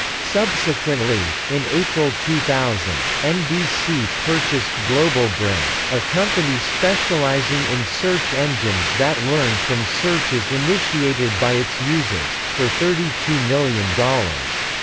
subsequently, in april two thousand, nbc purchased globalbrain, a company specializing in search engines that learned from searches initiated by its users, for thirty two million dollars.